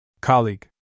colleague